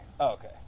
Okay